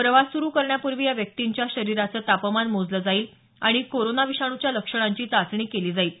प्रवास सुरू करण्यापूर्वी या व्यक्तींच्या शरीराचं तपमान मोजलं जाईल आणि कोरोना विषाणूच्या लक्षणांची चाचणी केली जाईल